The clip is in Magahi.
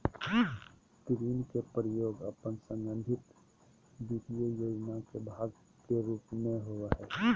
ऋण के प्रयोग अपन संगठित वित्तीय योजना के भाग के रूप में होबो हइ